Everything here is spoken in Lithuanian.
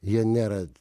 jie nėra